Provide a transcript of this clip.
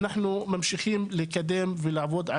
אנחנו ממשיכים לקדם ולעבוד,